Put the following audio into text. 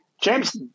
James